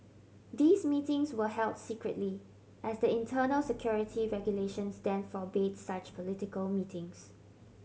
these meetings were held secretly as the internal security regulations then forbade such political meetings